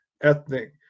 ethnic